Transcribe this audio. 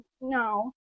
no